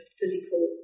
physical